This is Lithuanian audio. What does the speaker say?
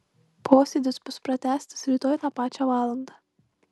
posėdis bus pratęstas rytoj tą pačią valandą